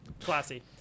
Classy